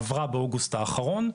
ההחלטה עברה באוגוסט האחרון,